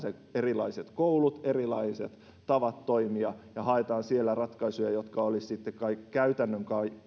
ne erilaiset koulut erilaiset tavat toimia ja haetaan siellä ratkaisuja jotka olisivat sitten käytännön